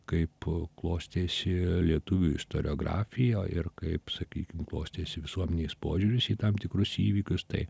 kaip klostėsi lietuvių istoriografijoj ir kaip sakykim klostėsi visuomenės požiūris į tam tikrus įvykius tai